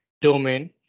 domain